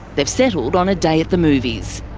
they've settled on a day at the movies.